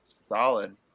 solid